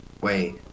wait